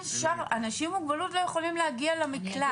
אנשים עם מוגבלות לא יכולים להגיע למקלט.